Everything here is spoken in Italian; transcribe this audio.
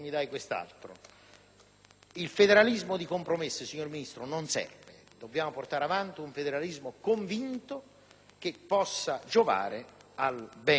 Il federalismo dei compromessi non serve, signor Ministro; noi dobbiamo portare avanti un federalismo convinto che possa giovare al bene del Paese.